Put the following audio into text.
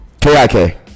K-I-K